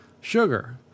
sugar